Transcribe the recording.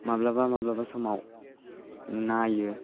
माब्लाबा माब्लाबा समाव नायो